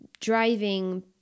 driving